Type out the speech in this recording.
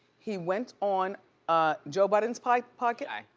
he went on ah joe budden's pod pod t i.